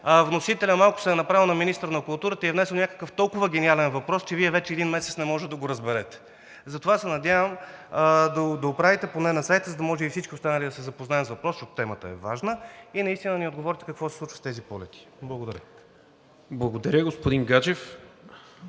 вносителят малко се е направил на министър на културата и е внесъл някакъв толкова гениален въпрос, че Вие вече един месец не може да го разберете! Затова се надявам да оправите поне на сайта, за да може и всички останали да се запознаят с въпроса, защото темата е важна, и наистина да ни отговорите какво се случва с тези полети. Благодаря. ПРЕДСЕДАТЕЛ НИКОЛА